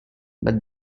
but